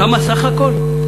כמה סך הכול?